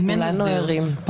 אם אין הסדר,